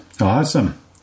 Awesome